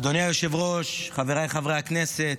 אדוני היושב-ראש, חבריי חברי הכנסת,